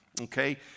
Okay